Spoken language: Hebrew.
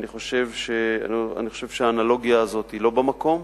אני חושב שהאנלוגיה הזאת היא לא במקום.